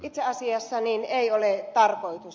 itse asiassa ei ole tarkoitus